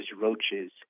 roaches